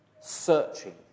searching